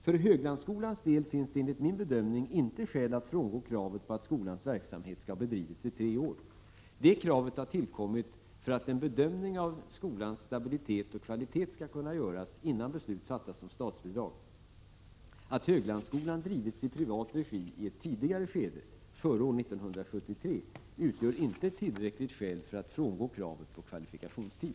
För Höglandsskolans del finns det enligt min bedömning inte skäl att frångå kravet på att skolans verksamhet skall ha bedrivits i tre år. Detta krav har tillkommit för att en bedömning av den skolans stabilitet och kvalitet skall kunna göras innan beslut fattas om statsbidrag. Att Höglandsskolan drivits i privat regi i ett tidigare skede — före år 1973 — utgör inte ett tillräckligt skäl för att frångå kravet på kvalifikationstid.